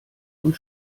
und